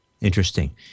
Interesting